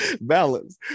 Balance